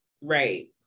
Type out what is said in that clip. Right